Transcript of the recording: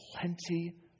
plenty